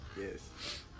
Yes